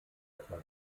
etwas